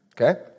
okay